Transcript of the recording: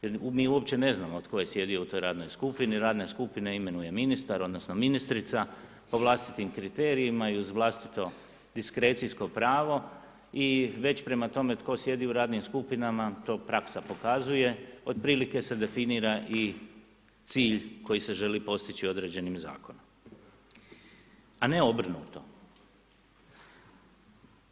Jer mi uopće ne znamo tko je sjedio u toj skupini, radnu skupinu imenuje ministar, odnosno ministrica po vlastitim kriterijima i uz vlastito diskrecijsko pravo i već prema tome tko sjedi u radnim skupinama, to praksa pokazuje otprilike se definira i cilj koji se želi postići određenim zakonom a ne obrnuto.